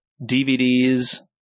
DVDs